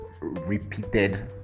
repeated